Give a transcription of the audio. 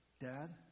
Dad